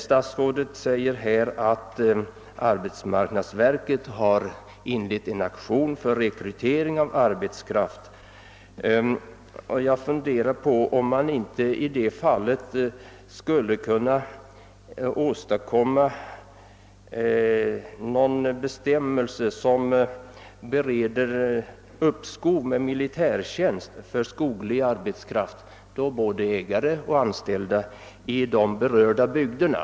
Statsrådet säger att arbetsmarknadsverket har inlett en aktion för rekrytering av arbetskraft. Jag har funderat över om man inte i detta fall skulle kunna åstadkomma någon bestämmelse som kunde bereda uppskov med militärtjänstgöring för skoglig arbetskraft — för både ägare och anställda — i de berörda bygderna.